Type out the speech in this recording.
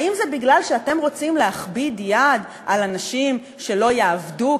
האם זה מפני שאתם רוצים להכביד יד על אנשים שלא יעבדו?